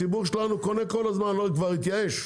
ומאז הציבור שלנו קונה כל הזמן, כבר התייאש.